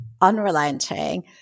unrelenting